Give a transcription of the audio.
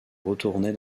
retournait